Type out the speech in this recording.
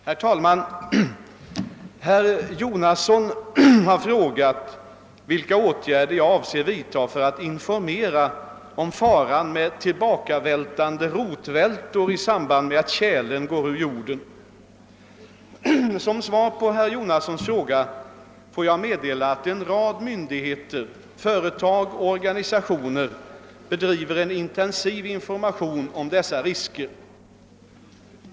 Herr talman! Herr Jonasson har frågat vilka åtgärder jag avser vidta för att informera om faran med tillbakavältande rotvältor i samband med att tjälen går ur jorden. Som svar på herr Jonassons fråga får jag meddela att en rad myndigheter, företag och organisationer bedriver en intensiv information om dessa risker.